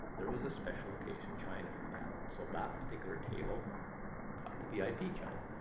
there was a special occasion china for that. so that particular table got the vip china.